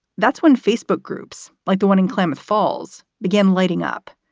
that's when facebook groups like the one in klemet falls begin lighting up.